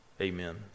Amen